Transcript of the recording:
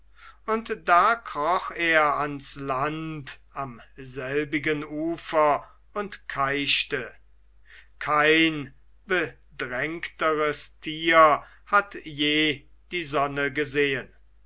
und da kroch er ans land am selbigen ufer und keichte kein bedrängteres tier hat je die sonne gesehen